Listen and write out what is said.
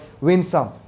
winsome